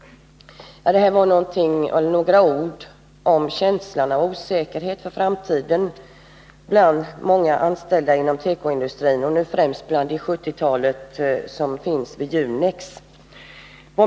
Jag vill mot den bakgrunden peka på den känsla av osäkerhet inför framtiden som finns bland många anställda inom tekoindustrin, och då främst bland det 70-tal anställda som finns vid Junex.